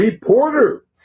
reporter